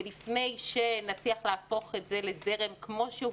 ולפני שנצליח להפוך את זה לזרם כמו שהוא